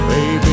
Baby